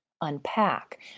unpack